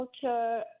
culture